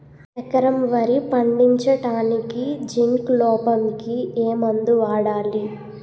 ఎకరం వరి పండించటానికి జింక్ లోపంకి ఏ మందు వాడాలి?